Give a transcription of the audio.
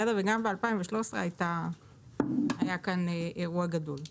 גם ב-2013 היה כאן אירוע גדול.